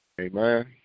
Amen